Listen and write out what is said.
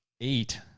eight